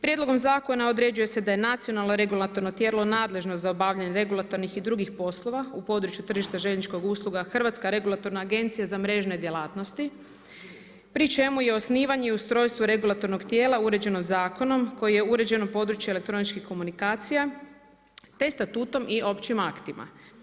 Prijedlogom Zakona određuje se da je nacionalno regulatorno tijelo nadležno za obavljanje regulatornih i drugih poslova u području tržišta željezničkih usluga, Hrvatska regulatorna agencija za mrežne djelatnosti pri čemu je osnivanje i ustrojstvo regulatornog tijela uređeno zakonom koji je uređen u području elektroničkih komunikacija te statutom i općim aktima.